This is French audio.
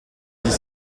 dix